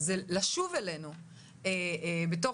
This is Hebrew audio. זה לשוב אלינו בתוך,